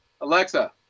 Alexa